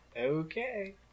Okay